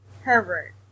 Herbert